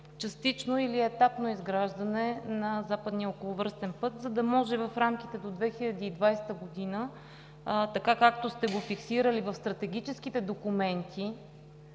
частично или етапно изграждане на западния околвръстен път, за да може в рамките до 2020 г., както сте го фиксирали в стратегическите документи,